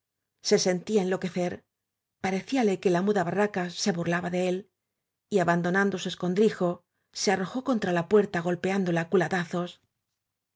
se sentía en loquecer parecíale que la muda barraca se burlaba ele él y abandonando su escondrijo se anojó contra la puerta golpeándola